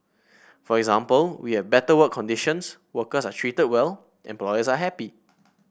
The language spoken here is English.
for example we have better work conditions workers are treated well employers are happy